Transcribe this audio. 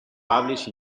published